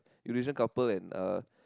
Eurasian couple and uh